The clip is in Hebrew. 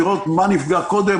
לראות מה נפגע קודם,